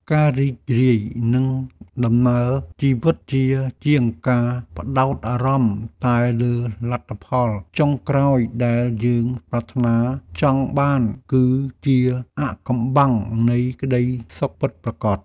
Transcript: ការរីករាយនឹងដំណើរជីវិតជាជាងការផ្ដោតអារម្មណ៍តែលើលទ្ធផលចុងក្រោយដែលយើងប្រាថ្នាចង់បានគឺជាអាថ៌កំបាំងនៃក្ដីសុខពិតប្រាកដ។